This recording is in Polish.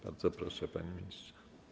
Bardzo proszę, panie ministrze.